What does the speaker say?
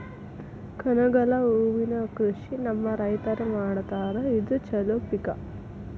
ಕನಗಲ ಹೂವಿನ ಕೃಷಿ ನಮ್ಮ ರೈತರು ಮಾಡತಾರ ಇದು ಚಲೋ ಪಿಕ